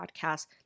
podcast